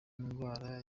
ndwara